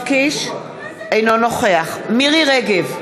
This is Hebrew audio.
אינו נוכח מירי רגב,